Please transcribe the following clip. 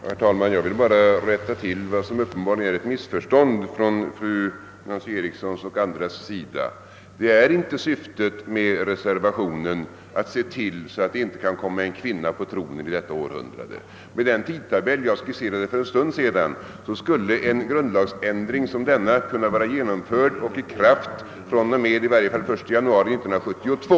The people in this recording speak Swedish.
Herr talman! Jag vill bara rätta till en missuppfattning som tydligen förefinns hos fru Nancy Eriksson och andra ledamöter. Syftet med reservationen är inte att se till att det inte kan komma en kvinna på tronen under detta århundrade. Med den tidtabell jag skisserade för en stund sedan skulle en grundlagsändring som den föreslagna kunna vara genomförd och i kraft i varje fall från och med den 1 januari 1972.